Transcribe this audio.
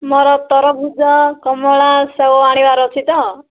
ମୋର ତରଭୁଜ କମଳା ସେଓ ଆଣିବାର ଅଛି ତ